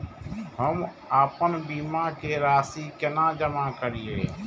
हम आपन बीमा के राशि केना जमा करिए?